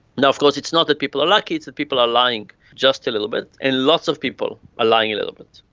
and of course it's not that people are lucky, it's that people are lying just a little bit, and lots of people are lying a little bit.